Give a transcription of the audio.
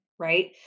right